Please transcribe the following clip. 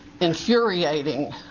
infuriating